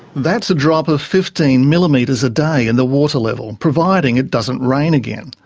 that's a drop of fifteen millimetres a day in the water level, providing it doesn't rain again.